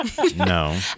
No